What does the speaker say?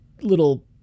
little